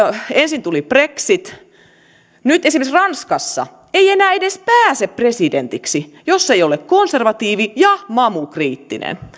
ensin tuli brexit ja nyt esimerkiksi ranskassa ei enää edes pääse presidentiksi jos ei ole konservatiivi ja mamukriittinen